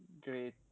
great